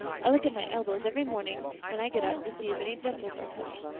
i look at my elbows every morning when i get up to see if any dimples are coming.